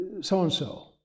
so-and-so